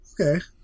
okay